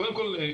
קודם כול,